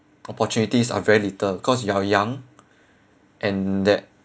opportunities are very little cause you're young and that